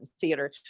theater